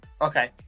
Okay